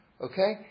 Okay